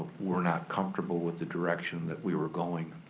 were not comfortable with the direction that we were going,